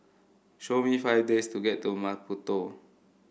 show me five this to get to Maputo